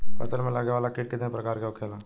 फसल में लगे वाला कीट कितने प्रकार के होखेला?